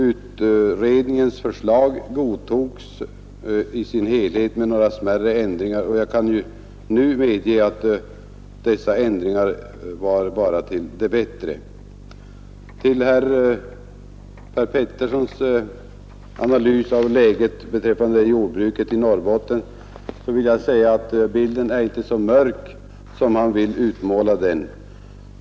Utredningens förslag godtogs med några smärre ändringar, och jag kan nu medge att dessa ändringar bara var till det bättre. Beträffande herr Peterssons i Gäddvik analys av läget för jordbruket i Norrbotten vill jag säga att bilden inte är så mörk som han vill utmåla den.